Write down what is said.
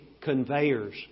conveyors